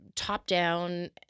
top-down